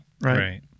right